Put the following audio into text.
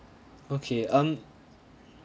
okay um